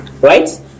Right